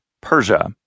Persia